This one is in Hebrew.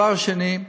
הדבר השני,